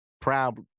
proud